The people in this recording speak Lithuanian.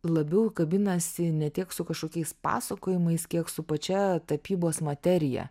labiau kabinasi ne tiek su kažkokiais pasakojimais kiek su pačia tapybos materija